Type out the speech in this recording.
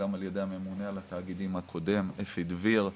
גם על ידי הממונה על התאגידים הקודם אפי דביר,